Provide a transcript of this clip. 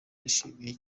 yishimye